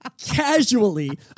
casually